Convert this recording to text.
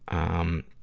um